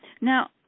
Now